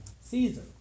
Caesar